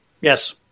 yes